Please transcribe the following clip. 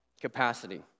capacity